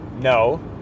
no